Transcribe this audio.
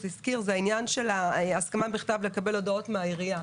הזכיר בעניין של ההסכמה בכתב לקבל הודעות מהעירייה.